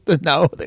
No